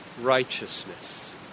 righteousness